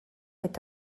est